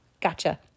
gotcha